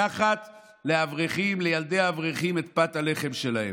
לקחת לאברכים, לילדי האברכים, את פת הלחם שלהם,